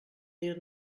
dir